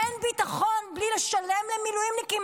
אין ביטחון בלי לשלם למילואימניקים.